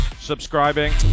Subscribing